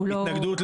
הם בעד רצח,